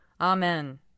Amen